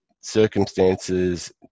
circumstances